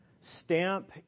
stamp